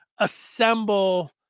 assemble